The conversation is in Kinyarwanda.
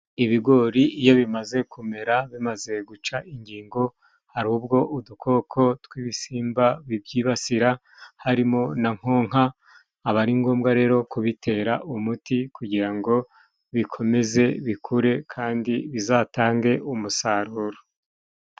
Ibigori iyo bimaze kumera, bimaze guca ingingo, hari ubwo udukoko tw'ibisimba bibyibasira, harimo na nkonka, aba ari ngombwa rero kubitera umuti, kugirango bikomeze bikure kandi bizatange umusaruro.